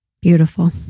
Beautiful